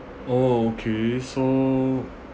oh okay so